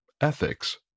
ethics